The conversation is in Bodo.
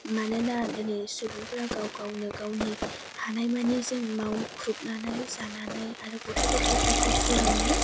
मानोना दोनै सुबुंफ्रा गाव गावनो गावनि हानाय मानि जों मावख्रुबनानै जानानै आरो गथ' गथायफोरखौ फोरोंनो